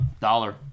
dollar